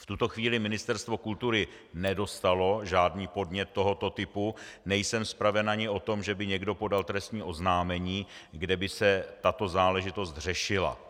V tuto chvíli Ministerstvo kultury nedostalo žádný podnět tohoto typu, nejsem spraven ani o tom, že by někdo podal trestní oznámení, kde by se tato záležitost řešila.